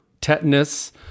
tetanus